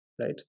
right